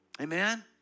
Amen